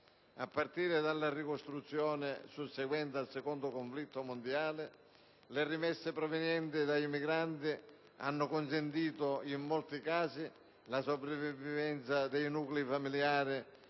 A partire dalla ricostruzione susseguente al secondo conflitto mondiale, le rimesse provenienti dai migranti hanno consentito in molti casi la sopravvivenza dei nuclei familiari